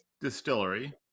distillery